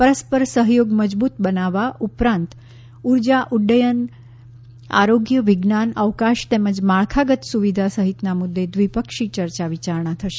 પરસ્પર સહયોગ મજબૂત બનાવવા ઉપરાંત ઊર્જા ઉદ્દયન આરોગ્ય વિજ્ઞાન અવકાશ તેમજ માળખાગત સુવિધા સહિતના મુદ્દે દ્વિપક્ષી ચર્ચા વિચારણા થશે